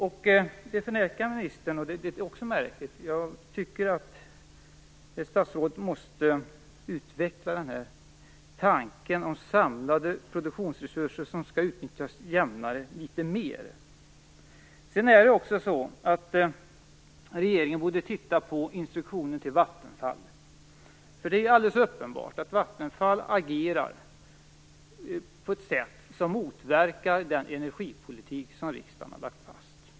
Detta förnekar ministern, och det är också märkligt. Statsrådet måste litet mer utveckla tanken om samlade produktionsresurser som skall utnyttjas jämnare. Regeringen borde också titta på vad Vattenfall gör. Det är alldeles uppenbart att Vattenfall agerar på ett sätt som motverkar den energipolitik som riksdagen har lagt fast.